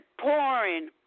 pouring